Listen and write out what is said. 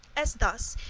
as thus,